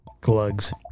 Glugs